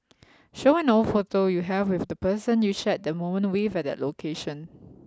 show an old photo you have with the person you shared that moment with at that location